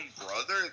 brother